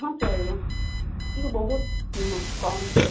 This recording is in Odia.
ହଁ ଚଳିବ କିନ୍ତୁ ବହୁତ ନୁହଁ କମ୍ ଭିତରେ